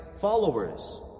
followers